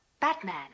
Batman